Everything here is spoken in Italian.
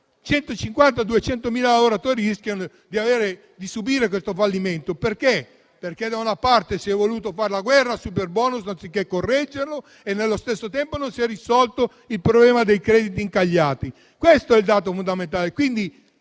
e 200.000 lavoratori rischiano di subire questo fallimento, perché da una parte si è voluto fare la guerra al superbonus, anziché correggerlo, e nello stesso tempo non si è risolto il problema dei crediti incagliati. Questo è il dato fondamentale.